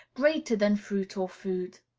greater than fruit or food.